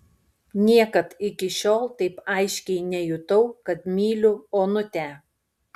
niekad iki šiol taip aiškiai nejutau kad myliu onutę